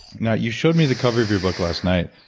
now, you showed me the cover of your book last night,